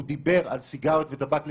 הוא דיבר על סיגריות וטבק לגלגול.